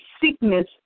sickness